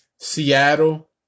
Seattle